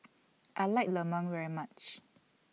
I like Lemang very much